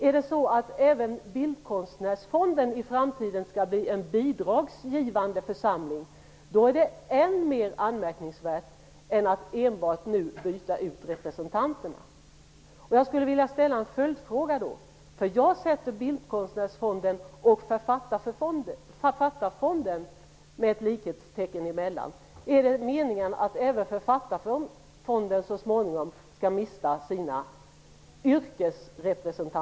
Är det så att även Bildkonstnärsfonden i framtiden skall bli en bidragsgivande församling, är det än mer anmärkningsvärt än att det nu enbart är fråga om att byta ut representanterna. Jag sätter ett likhetstecken mellan Författarfonden så småningom skall mista sina